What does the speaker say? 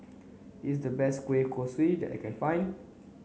is the best Kueh Kosui that I can find